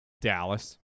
Dallas